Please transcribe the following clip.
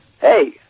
Hey